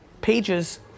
pages